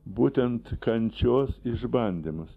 būtent kančios išbandymus